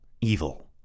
evil